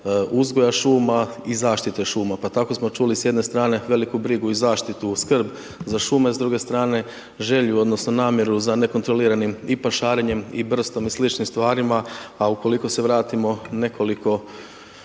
uzgoja šuma i zaštite šuma, pa tako smo čuli s jedne strane veliku brigu i zaštitu skrb za šume, s druge strane želju odnosno namjeru za nekontroliranim i pašarenjem, i brstom, i sličnim stvarima, a ukoliko se vratimo nekoliko